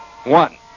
One